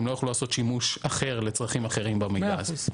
הם לא יוכלו לעשות שימוש אחר לצרכים אחרים במידע הזה.